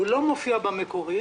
זה לא מופיע בתקציב המקורי,